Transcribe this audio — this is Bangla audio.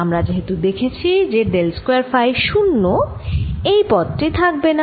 আমরা যেহেতু দেখেছি যে ডেল স্কয়ার ফাই 0 এই পদ টি থাকবেনা